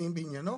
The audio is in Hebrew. תובעים בעניינו,